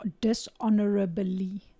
dishonorably